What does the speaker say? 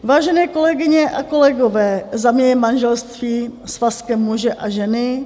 Vážené kolegyně a kolegové, za mě je manželství svazkem muže a ženy.